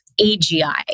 agi